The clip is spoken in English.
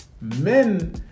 Men